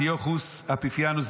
אנטיוכוס אפיפנס,